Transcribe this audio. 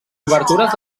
obertures